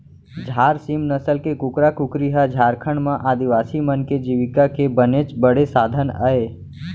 झार सीम नसल के कुकरा कुकरी ह झारखंड म आदिवासी मन के जीविका के बनेच बड़े साधन अय